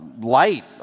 light